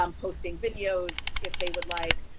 um posting videos, if they would like,